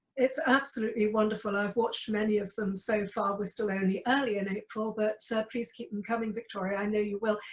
it's absolutely wonderful. i've watched many of them so far, we're still early early in april, but so please keep them coming victoria, i know you will.